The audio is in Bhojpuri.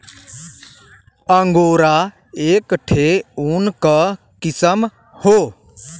अंगोरा एक ठे ऊन क किसम हौ